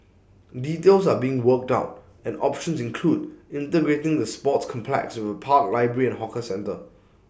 details are being worked out and options include integrating the sports complex with A park library and hawker centre